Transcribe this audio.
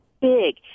big